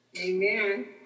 Amen